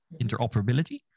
interoperability